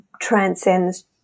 transcends